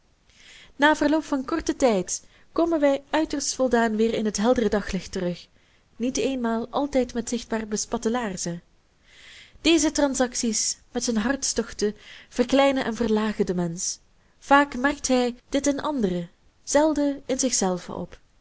na verloop van korten tijd komen wij uiterst voldaan weer in het heldere daglicht terug niet eenmaal altijd met zichtbaar bespatte laarzen deze transacties met zijn hartstochten verkleinen en verlagen den mensch vaak merkt hij dit in anderen zelden in zich zelven op